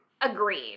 Agreed